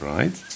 Right